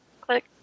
click